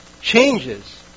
changes